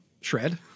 shred